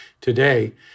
today